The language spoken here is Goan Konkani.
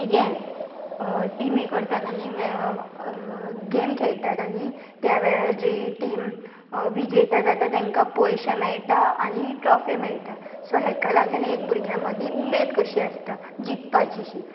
हें टिमी करतात आनी गेम खेळटात आनी त्या वेळार जी टीम विजेता जाता तांकां पयशे मेळटा आनी ट्रॉफी मेळटा सो हाका लागून एक भुरग्यां मदीं उमेद कशी आसता जिकपाची शी